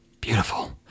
beautiful